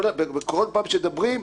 בכל פעם שמדברים,